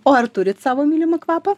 o ar turit savo mylimą kvapą